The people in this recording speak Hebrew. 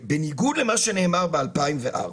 בניגוד למה שנאמר ב-2004,